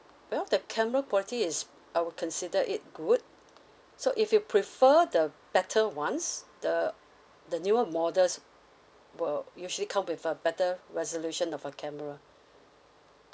well the camera quality is I will consider it good so if you prefer the better ones the the newer models will usually come with a better resolution of a camera